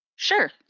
Sure